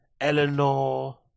Eleanor